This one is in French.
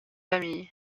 famille